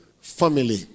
family